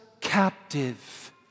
captive